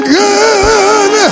good